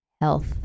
health